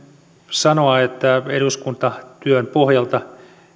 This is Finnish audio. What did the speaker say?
sanoa että eduskuntatyön pohjalta